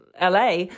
LA